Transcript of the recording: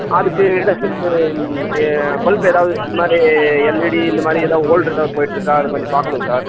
அதுக்கு தஸ்ஸுலருந்து ஏ பல்பு எதாவது இந்த மாதிரி எல்இடி இந்த மாதிரி எதாவது ஓல்ட்ரு எதாவது போய்கிட்ருக்கா அது கொஞ்சம் பார்க்குணுங்க சார்